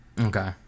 Okay